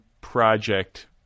project